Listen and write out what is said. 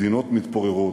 מדינות מתפוררות,